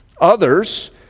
Others